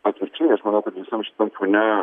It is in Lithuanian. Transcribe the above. atvirkščiai aš manau kad visam šitam fone